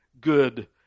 good